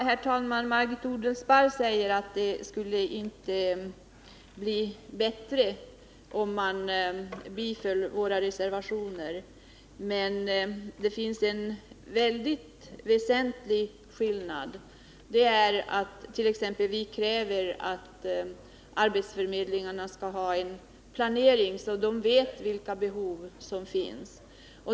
Herr talman! Margit Odelsparr säger att det inte skulle bli bättre om man biföll våra reservationer. Men det finns ett par väldigt väsentliga skillnader. Vi kräver t.ex. att arbetsförmedlingarna skall ha en planering så att de vet vilka behov som finns.